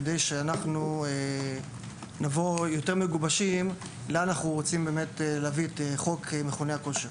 כדי שנבוא יותר מגובשים לאן אנחנו רוצים להביא את חוק מכוני הכושר.